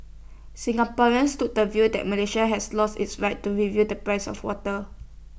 Singaporeans took the view that Malaysia has lost its right to review the price of water